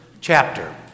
chapter